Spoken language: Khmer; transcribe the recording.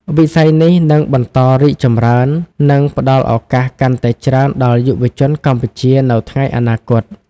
វិស័យនេះនឹងបន្តរីកចម្រើន និងផ្តល់ឱកាសកាន់តែច្រើនដល់យុវជនកម្ពុជានៅថ្ងៃអនាគត។